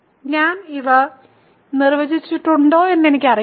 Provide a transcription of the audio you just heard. ഞാൻ ഇത് നിർവചിച്ചിട്ടുണ്ടോ എന്ന് എനിക്കറിയില്ല